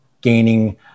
gaining